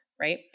right